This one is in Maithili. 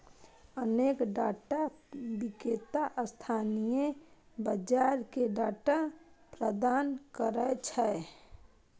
अनेक डाटा विक्रेता स्थानीय बाजार कें डाटा प्रदान करै छै